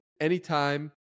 anytime